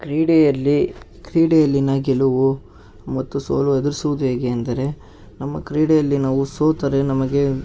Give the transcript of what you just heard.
ಕ್ರೀಡೆಯಲ್ಲಿ ಕ್ರೀಡೆಯಲ್ಲಿನ ಗೆಲುವು ಮತ್ತು ಸೋಲು ಎದುರ್ಸೋದು ಹೇಗೆ ಅಂದರೆ ನಮ್ಮ ಕ್ರೀಡೆಯಲ್ಲಿ ನಾವು ಸೋತರೆ ನಮಗೆ